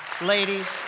Ladies